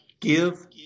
give